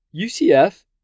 UCF